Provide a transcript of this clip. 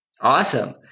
Awesome